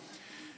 תודה רבה.